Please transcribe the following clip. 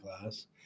class